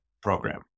Program